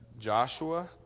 Joshua